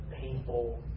painful